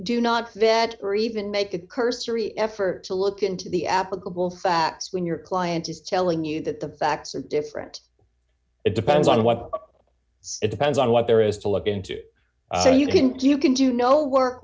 do not dead or even make a cursory effort to look into the applicable facts when your client is telling you that the facts are different d it depends on what it depends on what there is to look into so you can do you can do no work